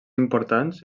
importants